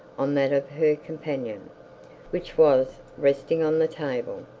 on that of her companion which was resting on the table.